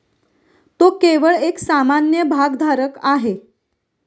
तो केवळ एक सामान्य भागधारक आहे